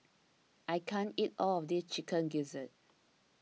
I can't eat all of this Chicken Gizzard